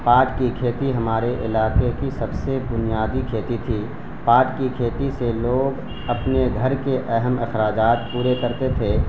پاٹ کی کھیتی ہمارے علاقے کی سب سے بنیادی کھیتی تھی پاٹ کی کھیتی سے لوگ اپنے گھر کے اہم اخراجات پورے کرتے تھے